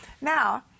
now